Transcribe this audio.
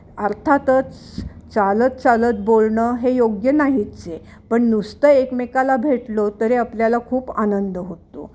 अर्थातच चालत चालत बोलणं हे योग्य नाहीच आहे पण नुसतं एकमेकाला भेटलो तरी आपल्याला खूप आनंद होतो